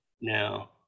Now